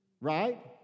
right